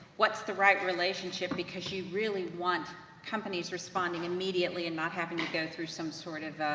what's the right relationship, because you really want companies responding immediately, and not having to go through some sort of